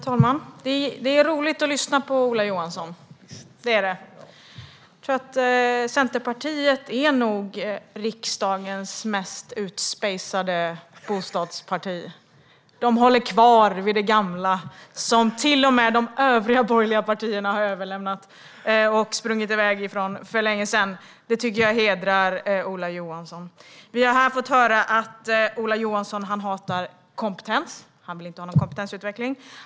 Herr talman! Det är roligt att lyssna på Ola Johansson. Det är det. Centerpartiet är nog riksdagens mest utspejsade bostadsparti. Det håller kvar vid det gamla som till och med de övriga borgerliga partierna har övergett och sprungit ifrån för länge sedan. Det tycker jag hedrar Ola Johansson. Vi har här fått höra att Ola Johansson hatar kompetens. Han vill inte ha någon kompetensutveckling.